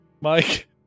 Mike